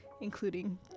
including